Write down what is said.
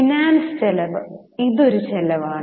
finance ചെലവ് ഇത് ഒരു ചെലവാണ്